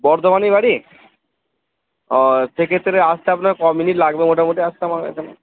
বর্ধমানেই বাড়ি ও সেক্ষেত্রে আসতে আপনার ক মিনিট লাগবে মোটামুটি মোটামুটি আসতে আমার এখানে